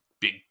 big